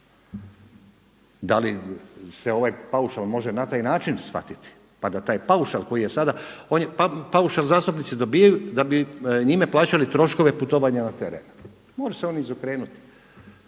Da li se ovaj paušal može na taj način shvatiti pa da taj paušal koji je sada, paušal zastupnici dobivaju da bi njime plaćali troškove putovanja na teren, može se on izokrenuti,